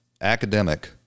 academic